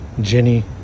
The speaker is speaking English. Jenny